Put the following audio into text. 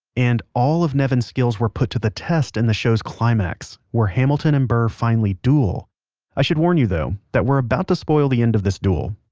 and, all of nevin's skills were put to the test in and the show's climax, where hamilton and burr finally duel i should warn you though that we're about to spoil the end of this duel,